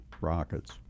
Rockets